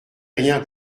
rien